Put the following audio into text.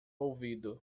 ouvido